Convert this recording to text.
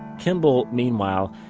kimball, meanwhile,